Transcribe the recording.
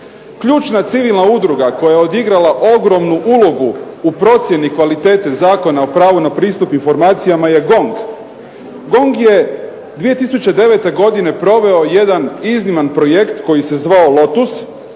Ključna civilna udruga koja je odigrala ogromnu ulogu u procjeni kvalitete Zakona o pravu na pristup informacijama je GONG. GONG je 2009. godine proveo jedan izniman projekt koji se zvao LOTUS.